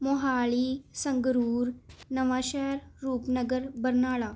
Mohali Sangrur Nawanshahr Rupnagar Barnala